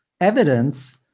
evidence